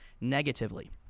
negatively